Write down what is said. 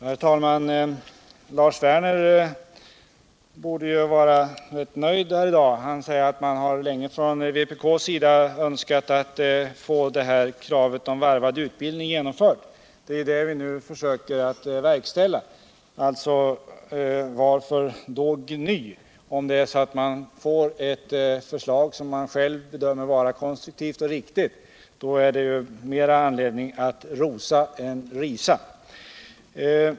Herr talman! Lars Werner borde vara rätt nöjd i dag. Han säger att man från vpk:s sida länge har önskat få kravet på varvad utbildning genomfört. Det är också vad vi nu försöker verkställa. Varför gny om man får eu förslag, som man själv bedömer vara konstruktivt och riktigt, genomfört? Då finns det ju större anledning att rosa än alt risa.